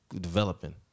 developing